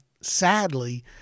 sadly